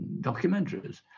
documentaries